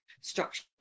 structure